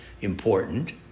important